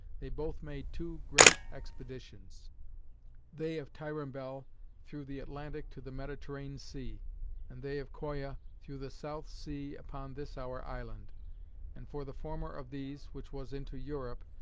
they both made two great expeditions they of tyrambel through the atlantic to the mediterrane sea and they of coya through the south sea upon this our island and for the former of these, which was into europe,